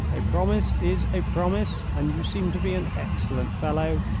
a promise is a promise, and you seem to be an excellent fellow,